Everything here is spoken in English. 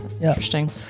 Interesting